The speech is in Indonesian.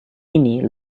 ini